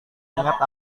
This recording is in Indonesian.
ingat